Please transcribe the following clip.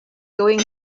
going